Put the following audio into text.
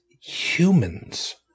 humans